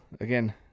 Again